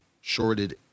shorted